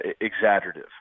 exaggerative